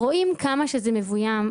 ורואים כמה שזה מבוים.